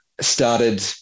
Started